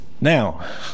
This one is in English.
now